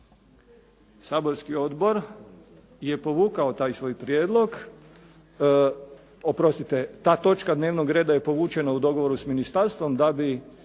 Saborski odbor je povukao taj svoj prijedlog, oprostite, ta točka dnevnog reda je povučena u dogovoru s ministarstvom da bi